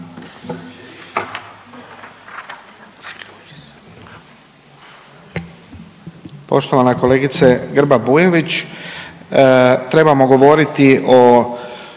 Poštovana kolegice Grba-Bujević, trebamo govoriti o